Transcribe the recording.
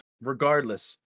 Regardless